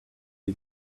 you